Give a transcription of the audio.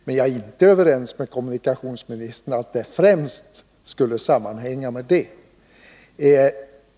Men jag är inte överens med kommunikationsministern om att minskningen främst skulle sammanhänga med mekaniseringen.